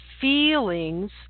feelings